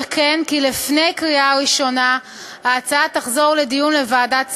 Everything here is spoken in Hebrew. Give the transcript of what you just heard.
וכן כי לפני קריאה ראשונה ההצעה תוחזר לדיון בוועדת שרים.